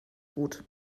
gut